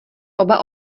oba